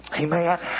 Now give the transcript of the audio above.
amen